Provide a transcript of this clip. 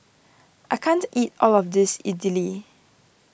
I can't eat all of this Idili